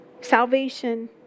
salvation